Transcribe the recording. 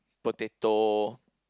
potato